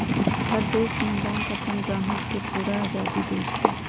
हर देश में बैंक अप्पन ग्राहक के पूरा आजादी देई छई